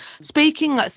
Speaking